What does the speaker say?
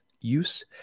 use